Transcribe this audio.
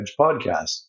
podcast